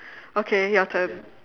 okay your turn